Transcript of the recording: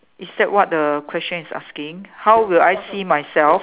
is that what the question is asking how will I see myself